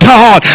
God